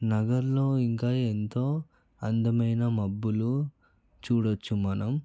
నగర్లో ఇంకా ఎంతో అందమైన మబ్బులు చూడొచ్చు మనం